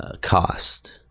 cost